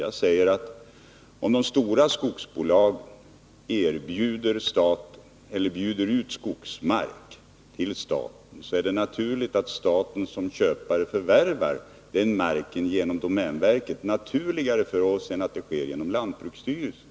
Jag säger att om de stora skogsbolagen bjuder ut skogsmark till staten är det naturligt att staten som köpare förvärvar den marken genom domänverket — naturligare för oss än att det sker genom lantbruksstyrelsen.